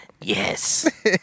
Yes